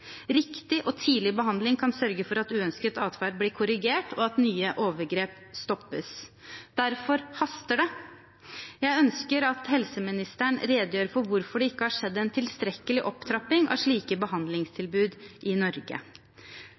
Riktig og tidlig behandling kan sørge for at uønsket adferd blir korrigert, og at nye overgrep stoppes. Derfor haster det! Jeg ønsker at helseministeren redegjør for hvorfor det ikke har skjedd en tilstrekkelig opptrapping av slike behandlingstilbud i Norge.